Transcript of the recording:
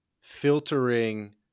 filtering